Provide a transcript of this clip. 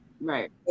Right